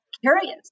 curious